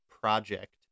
project